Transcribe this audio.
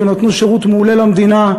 והם נתנו שירות מעולה למדינה,